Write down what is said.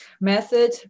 method